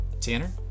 Tanner